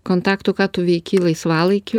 kontaktų ką tu veiki laisvalaikiu